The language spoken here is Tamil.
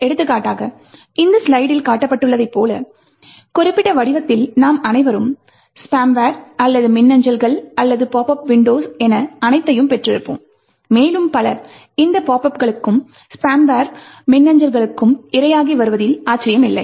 எடுத்துக்காட்டாக இந்த ஸ்லைடில் காட்டப்பட்டுள்ளதைப் போல குறிப்பிட்ட வடிவத்தில் நாம் அனைவரும் ஸ்பேம் வேர் அல்லது மின்னஞ்சல்கள் அல்லது பாப் அப் விண்டோஸ் என அனைத்தையும் பெற்றிருப்போம் மேலும் பலர் இந்த பாப் அப்களுக்கும் ஸ்பேம் மின்னஞ்சல்களுக்கும் இரையாகி வருவதில் ஆச்சரியமில்லை